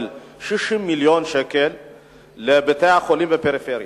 60 מיליון שקל לבתי-החולים בפריפריה,